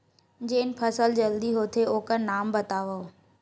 जेन फसल जल्दी होथे ओखर नाम बतावव?